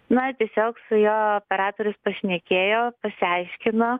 na tiesiog su juo operatorius pasišnekėjo pasiaiškino